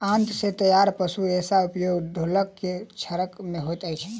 आंत सॅ तैयार पशु रेशाक उपयोग ढोलक के छाड़य मे होइत अछि